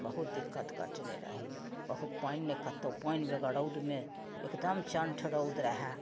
बहुत दिक्कत कटने रही बहुत पानि नहि कतौ पानि बगैर रौदमे एकदम चण्ठ रौद रहै आओर तहन